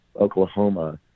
Oklahoma